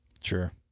Sure